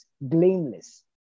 blameless